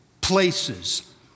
places